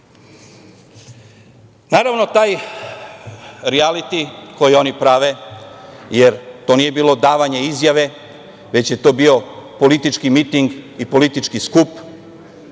Jagodine. Naravno, taj rijaliti koji oni prave, jer to nije bilo davanje izjave, već je to bio politički miting i politički skup,